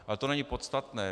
Ale to není podstatné.